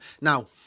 Now